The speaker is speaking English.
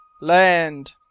Land